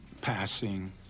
Passing